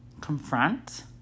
confront